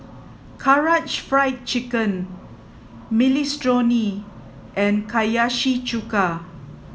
Karaage Fried Chicken Minestrone and Hiyashi chuka